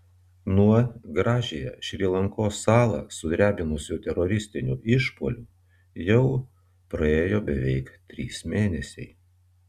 nuo gražiąją šri lankos salą sudrebinusių teroristinių išpuolių jau praėjo beveik trys mėnesiai